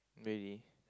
really